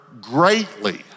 greatly